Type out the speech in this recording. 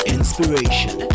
Inspiration